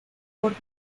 forma